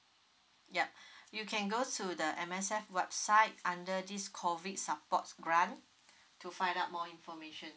yup you can go to the M_S_F website under this COVID support grant to find out more information